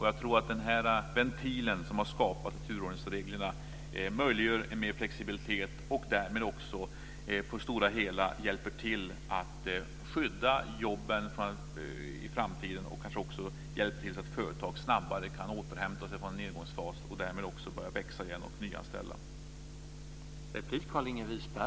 Jag tror att den ventil som har skapats i turordningsreglerna möjliggör en större flexibilitet och därmed på det stora hela hjälper till att skydda jobben i framtiden och kanske också hjälper till så att företagen snabbare kan återhämta sig från en nedgångsfas och därmed kan börja växa genom nyanställningar.